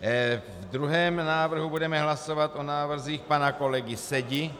V druhém návrhu budeme hlasovat o návrzích pana kolegy Sedi...